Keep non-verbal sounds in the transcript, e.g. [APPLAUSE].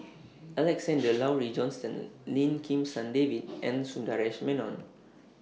[NOISE] Alexander Laurie Johnston Lim Kim San David and Sundaresh Menon